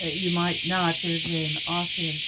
you might not. there's an author,